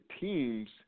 teams